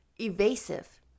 Evasive